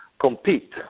compete